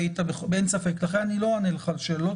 אני לא אענה לך על שאלות,